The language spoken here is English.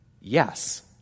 yes